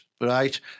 right